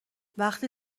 وقتی